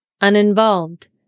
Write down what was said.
uninvolved